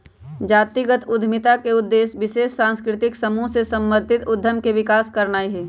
जातिगत उद्यमिता का उद्देश्य विशेष सांस्कृतिक समूह से संबंधित उद्यम के विकास करनाई हई